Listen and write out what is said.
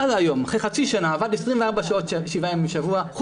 אחרי חצי שנה, הוא עבד 24 שעות, 6 ימים בשבוע.